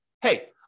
hey